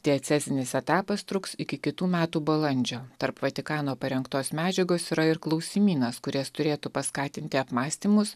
diecezinis etapas truks iki kitų metų balandžio tarp vatikano parengtos medžiagos yra ir klausimynas kuris turėtų paskatinti apmąstymus